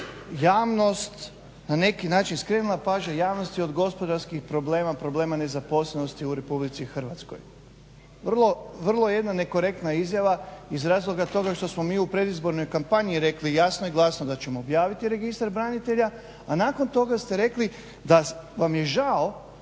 javnost na neki način skrenula pažnja javnosti od gospodarskih problema, problema nezaposlenosti u RH. Vrlo jedna nekorektna izjava iz razloga toga što smo mi u predizbornoj kampanji rekli jasno i glasno da ćemo objaviti registar branitelja, a nakon toga ste rekli da vam je žao